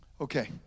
Okay